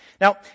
Now